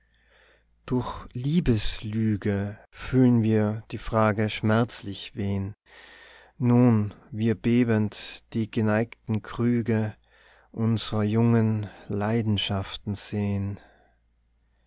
durch liebeslüge fühlen wir die frage schmerzlich wehn nun wir bebend die geneigten krüge unsrer jungen leidenschaften sehn